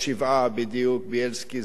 יש שבעה, בדיוק, בילסקי זה השביעי.